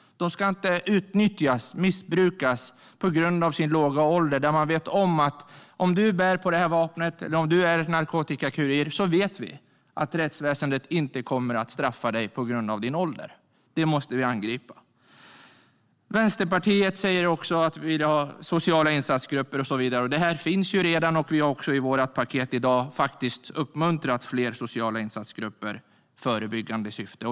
De ska inte utnyttjas och missbrukas på grund av sin låga ålder för att man vet att om de bär på ett vapen eller är narkotikakurirer kommer rättsväsendet, på grund av deras ålder, inte att straffa dem. Detta måste vi angripa. Vänsterpartiet säger att de vill ha sociala insatsgrupper och så vidare. Det finns redan, och vi har i vårt paket i dag uppmuntrat fler sociala insatsgrupper i förebyggande syfte.